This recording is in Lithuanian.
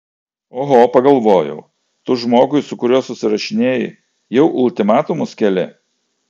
oho pagalvojau tu žmogui su kuriuo susirašinėji jau ultimatumus keli